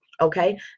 okay